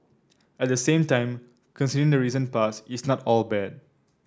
at the same time considering the recent past it's not all bad